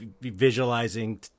Visualizing